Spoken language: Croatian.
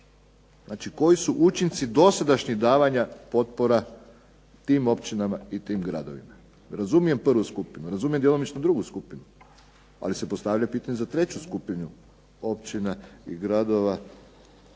Znači koji su učinci dosadašnjih davanja potpora tim općinama i tim gradovima? Razumijem prvu skupinu, razumijem djelomično drugu skupinu. Ali se postavlja pitanje za treću skupinu općina i gradova